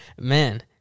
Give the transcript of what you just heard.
man